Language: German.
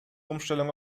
umstellung